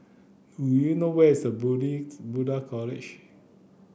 do you know where is a Buddhist College